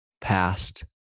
past